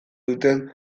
duten